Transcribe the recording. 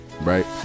right